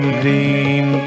dream